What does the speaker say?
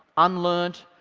unlearned,